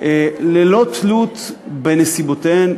ללא תלות בנסיבותיהן,